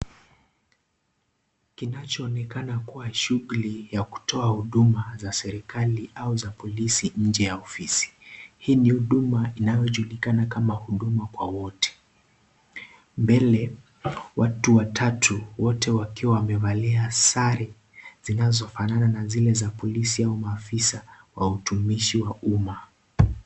Kinachonekana kuwa shughuli za kutoa huduma za serikali au za polisi nje ya ofisi. Hii ni huduma inayojulikana kama huduma kwa wote. Mbele, watu watatu, wote wakiwa wamevalia sare zinazofanana na zile za polisi au maafisa wa utumishi wa umma.